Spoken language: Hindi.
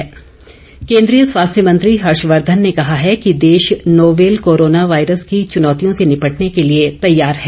कोरोना केन्द्रीय स्वास्थ्य मंत्री हर्षवर्धन ने कहा है कि देश नोवेल कोरोना वायरस की चुनौतियों से निपटने के लिए तैयार है